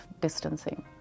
distancing